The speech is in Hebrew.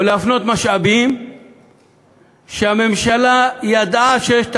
או להפנות משאבים שהממשלה ידעה שיש את